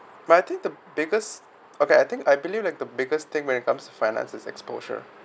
but I think the biggest okay I think I believe like the biggest thing when it comes to finance is exposure